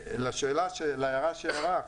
להערה שהערת,